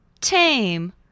Tame